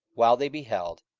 while they beheld,